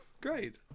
Great